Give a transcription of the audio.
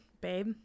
babe